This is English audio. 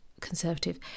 Conservative